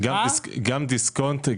גם דיסקונט,